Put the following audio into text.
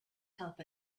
help